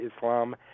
Islam